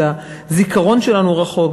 את הזיכרון שלנו רחוק,